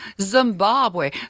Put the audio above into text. Zimbabwe